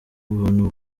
ubuntu